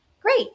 great